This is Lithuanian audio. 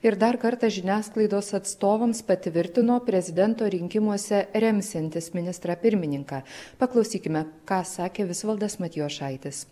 ir dar kartą žiniasklaidos atstovams patvirtino prezidento rinkimuose remsiantis ministrą pirmininką paklausykime ką sakė visvaldas matijošaitis